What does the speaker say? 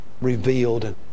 revealed